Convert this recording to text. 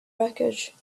wreckage